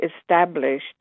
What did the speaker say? established